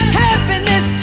happiness